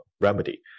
remedy